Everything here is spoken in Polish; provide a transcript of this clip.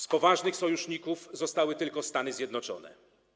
Z poważnych sojuszników zostały tylko Stany Zjednoczone.